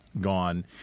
gone